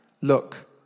Look